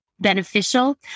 beneficial